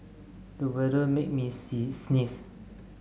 the weather made me sees sneeze